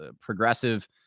progressive